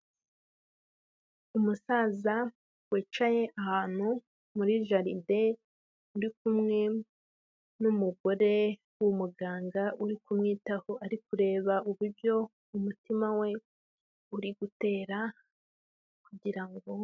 Umusaza wicaye ahantu muri jaride uri kumwe n'umugore w'umuganga uri kumwitaho arikureba uburyo umutima we uri gutera kugira ngo.